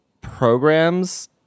programs